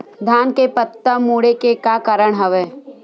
धान के पत्ता मुड़े के का कारण हवय?